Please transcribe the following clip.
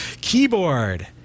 Keyboard